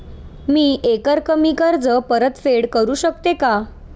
मी एकरकमी कर्ज परतफेड करू शकते का?